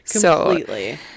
Completely